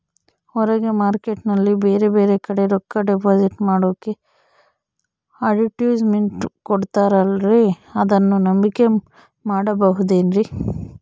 ಹೊರಗೆ ಮಾರ್ಕೇಟ್ ನಲ್ಲಿ ಬೇರೆ ಬೇರೆ ಕಡೆ ರೊಕ್ಕ ಡಿಪಾಸಿಟ್ ಮಾಡೋಕೆ ಅಡುಟ್ಯಸ್ ಮೆಂಟ್ ಕೊಡುತ್ತಾರಲ್ರೇ ಅದನ್ನು ನಂಬಿಕೆ ಮಾಡಬಹುದೇನ್ರಿ?